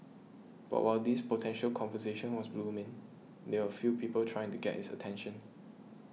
but while this potential conversation was blooming there were a few people trying to get his attention